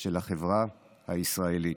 של החברה הישראלית.